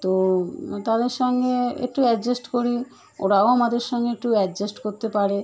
তো তাদের সঙ্গে একটু অ্যাডজাস্ট করি ওরাও আমাদের সঙ্গে একটু অ্যাডজাস্ট করতে পারে